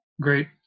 great